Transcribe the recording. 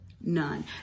none